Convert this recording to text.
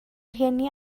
rhieni